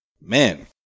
man